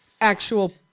Actual